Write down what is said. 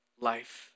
life